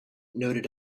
noted